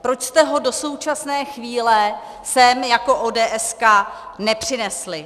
Proč jste ho do současné chvíle sem jako ódéeska nepřinesli?